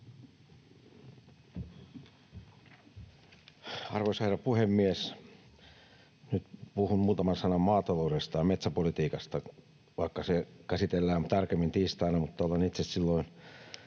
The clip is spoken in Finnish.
Arvoisa herra puhemies! Nyt puhun muutaman sanan maatalous- ja metsäpolitiikasta, vaikka se käsitellään tarkemmin tiistaina, mutta olen itse silloin